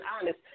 honest